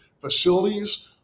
facilities